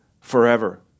forever